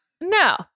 No